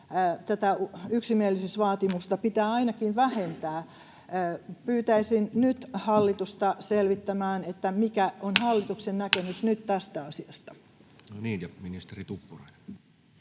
tätä yksimielisyysvaatimusta pitää ainakin vähentää. Pyytäisin nyt hallitusta selvittämään: mikä on hallituksen näkemys nyt tästä asiasta? [Speech 36] Speaker: Toinen